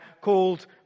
called